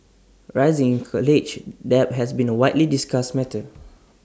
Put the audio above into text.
rising college debt has been A widely discussed matter